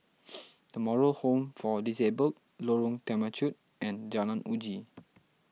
the Moral Home for Disabled Lorong Temechut and Jalan Uji